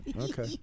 okay